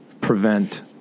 prevent